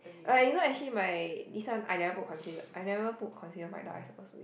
okay you know actually my this one I never put conceal I never put concealer for my dark eye circles today